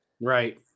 Right